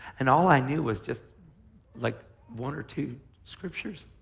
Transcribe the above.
and all i knew was just like one or two scriptures,